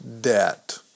debt